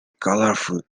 colourful